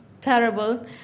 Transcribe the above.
terrible